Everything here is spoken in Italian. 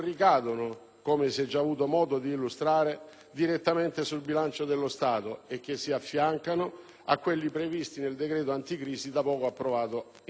come si è già avuto modo di illustrare - direttamente sul bilancio dello Stato e che si affiancano a quelli previsti nel decreto anticrisi, da poco approvato in Senato.